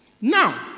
Now